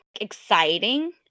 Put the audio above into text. exciting